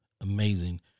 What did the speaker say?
amazing